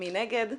מי נגד?